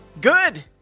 Good